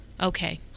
Okay